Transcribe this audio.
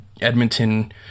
Edmonton